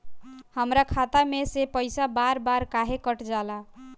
हमरा खाता में से पइसा बार बार काहे कट जाला?